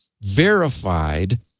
verified